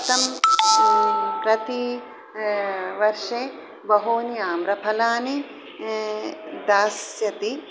सं प्रति वर्षे बहूनि आम्रफलानि दास्यति